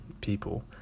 people